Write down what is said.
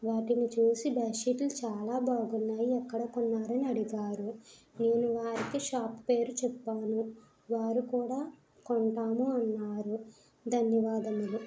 వాటిని చూసి బెడ్ షీట్లు చాలా బాగున్నాయి ఎక్కడ కొన్నారు అని అడిగారు నేను వారికి షాప్ పేరు చెప్పాను వారు కూడా కొంటాము అన్నారు ధన్యవాదములు